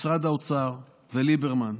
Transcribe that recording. משרד האוצר וליברמן.